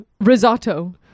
Risotto